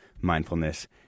mindfulness